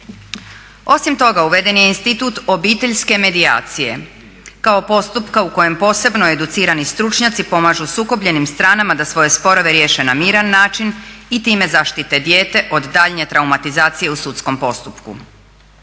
Osim toga uveden je institut obiteljske medijacije kao postupka u kojem posebno educirani stručnjaci pomažu sukobljenim stranama da svoje sporove riješe na miran način i tim zaštite dijete od daljnje traumatizacije u sudskom postupku.